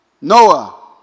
Noah